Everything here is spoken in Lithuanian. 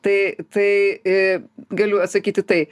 tai tai galiu atsakyt į tai